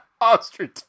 Ostrich